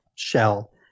shell